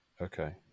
okay